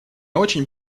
очень